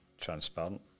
transparent